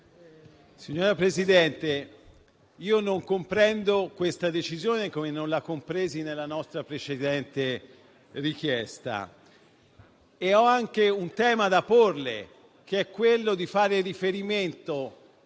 Signor Presidente, non comprendo la decisione, come non la compresi nella nostra precedente richiesta. Ho anche un tema da porle, che è quello di fare riferimento